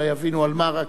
אלא יבינו על מה.